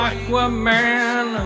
Aquaman